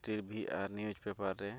ᱟᱨ ᱨᱮ